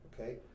okay